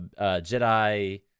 jedi